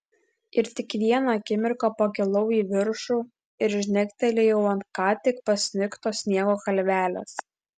ir tik vieną akimirką pakilau į viršų ir žnektelėjau ant ką tik pasnigto sniego kalvelės